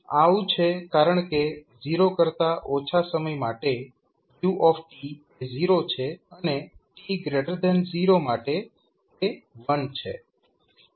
આવું છે કારણકે 0 કરતા ઓછા સમય માટે u એ 0 છે અને t0 માટે એ 1 છે